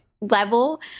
level